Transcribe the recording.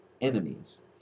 enemies